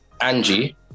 Angie